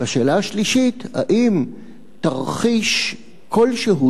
והשאלה השלישית: האם תרחיש כלשהו,